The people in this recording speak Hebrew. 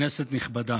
כנסת נכבדה,